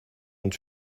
und